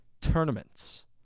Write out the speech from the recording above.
tournaments